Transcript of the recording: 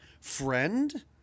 friend